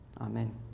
Amen